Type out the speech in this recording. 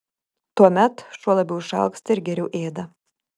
tuomet šuo labiau išalksta ir geriau ėda